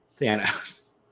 Thanos